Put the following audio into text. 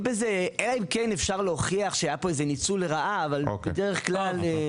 אלא אם כן אפשר להוכיח שהיה פה איזה שהוא ניצול לרעה --- תודה רבה.